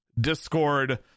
Discord